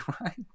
right